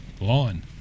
line